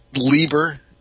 Lieber